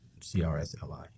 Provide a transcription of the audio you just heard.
CRSLI